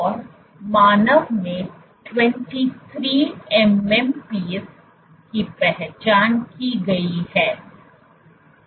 और मानव में 23 MMPs की पहचान की गई है